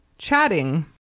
chatting